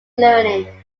learning